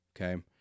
Okay